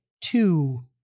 two